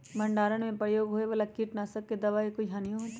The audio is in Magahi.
भंडारण में प्रयोग होए वाला किट नाशक दवा से कोई हानियों होतै?